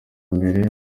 mbere